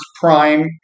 Prime